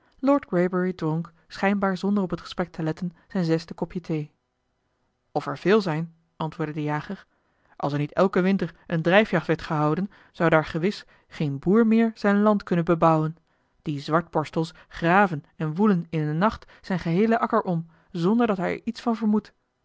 greybury dronk schijnbaar zonder op het gesprek te letten zijn zesde kopje thee of er veel zijn antwoordde de jager als er niet elken winter eene drijfjacht werd gehouden zou daar gewis geen boer meer zijn land kunnen bebouwen die zwartborstels graven en woelen in een nacht zijn geheelen akker om zonder dat hij er iets van vermoedt